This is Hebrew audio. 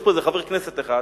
יש פה איזה חבר כנסת אחד,